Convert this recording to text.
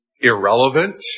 irrelevant